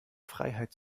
freiheit